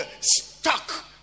stuck